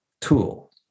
tool